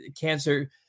cancer